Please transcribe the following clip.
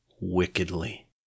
wickedly